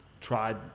tried